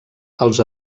els